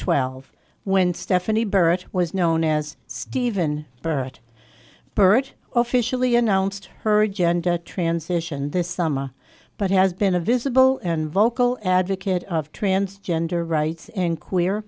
twelve when stephanie barrett was known as stephen barrett peart officially announced her agenda transition this summer but has been a visible and vocal advocate of transgender rights in queer